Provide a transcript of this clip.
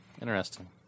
Interesting